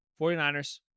49ers